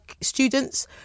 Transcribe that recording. students